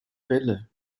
welle